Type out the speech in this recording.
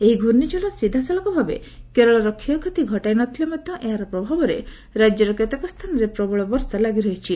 ଏହି ଘର୍ଷିଝଡ଼ ସିଧାସଳଖ ଭାବେ କେରଳର କ୍ଷୟକ୍ଷତି ଘଟାଇ ନ ଥିଲେ ମଧ୍ୟ ଏହାର ପ୍ରଭାବରେ ରାଜ୍ୟର କେତେକ ସ୍ଥାନରେ ପ୍ରବଳ ବର୍ଷା ଲାଗିରହିଛି